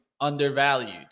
undervalued